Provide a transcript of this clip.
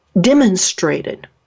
demonstrated